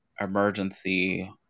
emergency